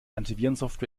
antivirensoftware